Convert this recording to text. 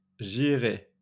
J'irai